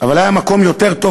אבל היה מקום יותר טוב,